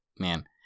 man